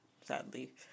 sadly